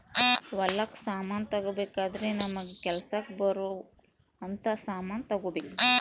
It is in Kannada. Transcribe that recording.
ಹೊಲಕ್ ಸಮಾನ ತಗೊಬೆಕಾದ್ರೆ ನಮಗ ಕೆಲಸಕ್ ಬರೊವ್ ಅಂತ ಸಮಾನ್ ತೆಗೊಬೆಕು